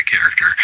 character